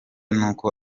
nuko